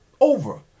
over